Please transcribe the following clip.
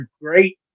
great